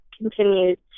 continues